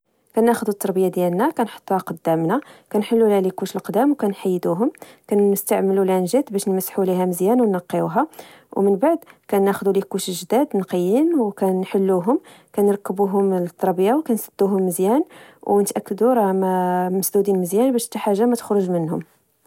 كناخذ التربية ديالنا كنحطوها قدامنا، كنحلو لها ليكوش القدام و كنحيدوهم، كنستعملو لانجيت باش نمسحو ليها مزيان و نقيوها، و من بعد كاناخدو ليكوش جداد نقيين و كانحلوهم كنركبوهم للتربية، و كنسدوهم مزيان، و نتأكدو را ما مسدودين مزيان، بش تا حاجة ما تخرج منهم